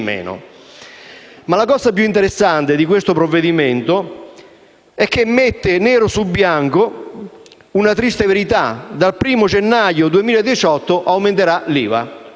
La cosa più interessante del provvedimento è che mette nero su bianco una triste verità: dal 1° gennaio 2018 aumenterà l'IVA.